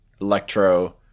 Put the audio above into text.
Electro